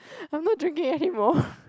I'm not drinking anymore